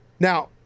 Now